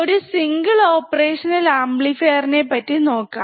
ഒരു single operational ആംപ്ലിഫയർനെപ്പറ്റി നോക്കാം